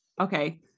okay